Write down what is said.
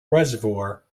reservoir